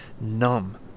numb